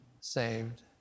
saved